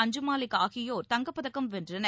அஞ்சு மாலிக் ஆகியோர் தங்கப் பதக்கம் வென்றனர்